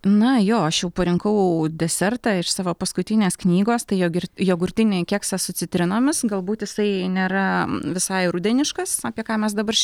na jo aš jau parinkau desertą iš savo paskutinės knygos tai jogir jogurtinį keksą su citrinomis galbūt jisai nėra visai rudeniškas apie ką mes dabar šne